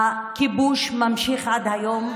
הכיבוש ממשיך עד היום,